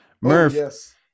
Murph